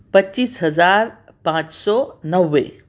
پچیس ہزار پانچ سو نبھے